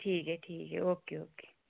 ठीक ऐ ठीक ऐ ओके ओके